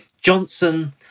Johnson